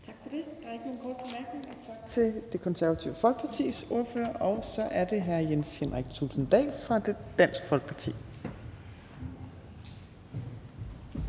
Tak for det. Der er ikke nogen korte bemærkninger. Tak til Det Konservative Folkepartis ordfører. Så er det hr. Jens Henrik Thulesen Dahl fra Dansk Folkeparti.